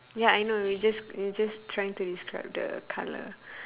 ya I know we just we just trying to describe the colour